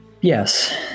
Yes